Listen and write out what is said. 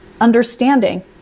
understanding